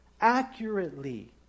accurately